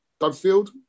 Dudfield